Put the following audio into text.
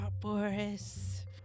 Boris